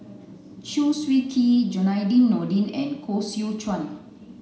Chew Swee Kee Zainudin Nordin and Koh Seow Chuan